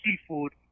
seafood